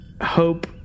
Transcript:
hope